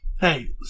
Hey